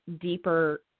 deeper